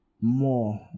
more